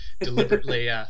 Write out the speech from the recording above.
deliberately